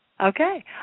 Okay